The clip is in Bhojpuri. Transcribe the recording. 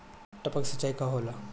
टपक सिंचाई का होला?